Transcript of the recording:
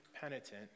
penitent